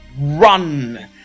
run